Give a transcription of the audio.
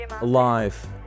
alive